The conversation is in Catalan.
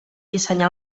dissenyà